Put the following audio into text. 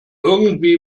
irgendwie